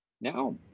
now